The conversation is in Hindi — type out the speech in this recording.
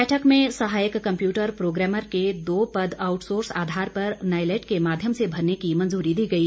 बैठक में सहायक कम्पयूटर प्रोग्रामर के दो पद आउटसोर्स आधार पर नायलेट के माध्यम से भरने की मंजूरी दी गई